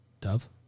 Dove